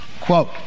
quote